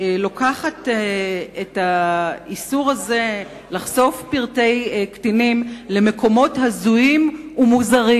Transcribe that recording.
לוקחת את האיסור הקיים למקומות הזויים ומוזרים,